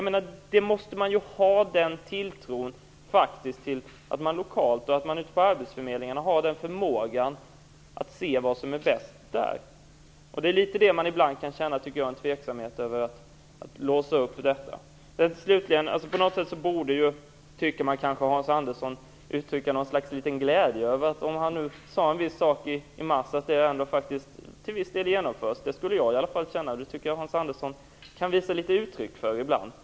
Den tilltron måste man faktiskt ha, att lokalt och ute på arbetsförmedlingarna finns förmågan att se vad som är bäst. Jag tycker att man ibland kan känna en tveksamhet över att låsa upp detta. På något sätt borde kanske Hans Andersson uttrycka någon liten glädje över att det han sade i mars faktiskt till viss del genomförs. Det skulle jag i alla fall känna. Det tycker jag Hans Andersson kan visa litet uttryck för ibland.